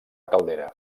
caldera